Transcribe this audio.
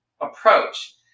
approach